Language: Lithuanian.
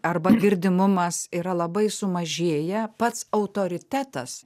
arba girdimumas yra labai sumažėję pats autoritetas